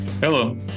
Hello